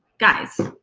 guys,